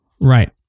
Right